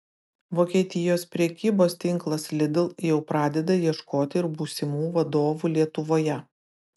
vokietijos prekybos tinklas lidl jau pradeda ieškoti ir būsimų vadovų lietuvoje